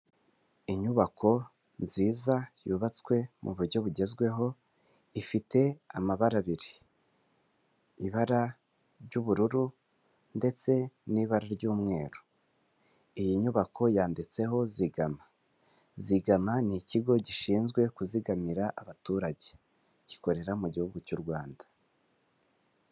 Inyubako nziza yubatswe mu buryo bugezweho, ifite amabara abiri, ibara ry'ubururu ndetse n'ibara ry'umweru, iyi nyubako yanditseho zigama, zigama ni ikigo gishinzwe kuzigamira abaturage, gikorera mu gihugu cy'u Rwanda.